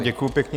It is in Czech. Děkuju pěkně.